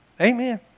Amen